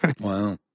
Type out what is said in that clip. Wow